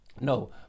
No